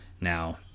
now